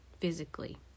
physically